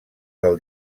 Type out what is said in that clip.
del